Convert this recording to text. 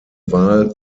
wahl